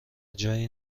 جایی